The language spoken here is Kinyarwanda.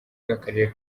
bw’akarere